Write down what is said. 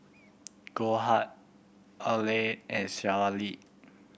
Goldheart Olay and Sea Lee